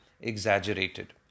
exaggerated